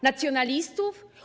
Nacjonalistów?